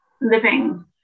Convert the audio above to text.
living